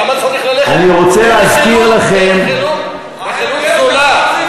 למה צריך ללכת, זה רכילות, רכילות זולה.